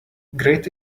great